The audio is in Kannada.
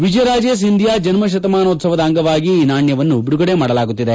ವಿಜಯರಾಜೇ ಸಿಂಧಿಯಾ ಜನ್ನಶತಮಾನೋತ್ಸವದ ಅಂಗವಾಗಿ ಈ ನಾಣ್ಯವನ್ನು ಬಿಡುಗಡೆ ಮಾಡಲಾಗುತ್ತಿದೆ